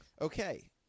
okay